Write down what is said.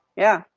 yeah,